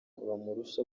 bamurusha